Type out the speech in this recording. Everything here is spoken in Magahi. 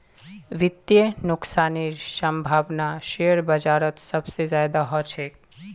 वित्तीय नुकसानेर सम्भावना शेयर बाजारत सबसे ज्यादा ह छेक